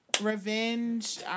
Revenge